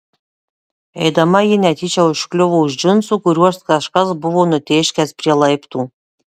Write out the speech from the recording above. eidama ji netyčia užkliuvo už džinsų kuriuos kažkas buvo nutėškęs prie laiptų